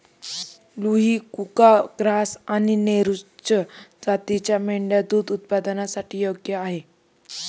लुही, कुका, ग्राझ आणि नुरेझ जातींच्या मेंढ्या दूध उत्पादनासाठी योग्य आहेत